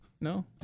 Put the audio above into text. No